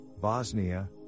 bosnia